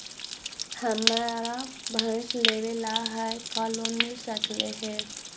हमरा भैस लेबे ल है का लोन मिल सकले हे?